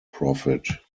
profit